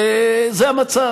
וזה המצב.